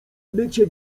mycie